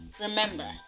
Remember